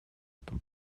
этом